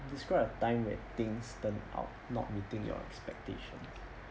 describe a time when things turn out not meeting your expectation